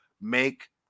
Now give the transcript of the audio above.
make